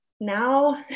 now